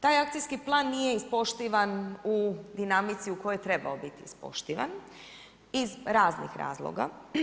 Taj akcijskih plan nije ispoštovana u dinamici u kojoj je trebao biti ispoštovana iz raznih razloga.